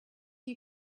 you